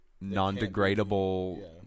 non-degradable